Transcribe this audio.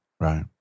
Right